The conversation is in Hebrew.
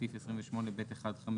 בסעיף 28(ב1)(5),